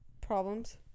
Problems